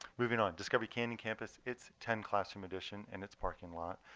moving on discovery canyon campus, its ten classroom edition and its parking lot.